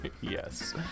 Yes